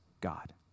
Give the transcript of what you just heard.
God